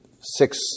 six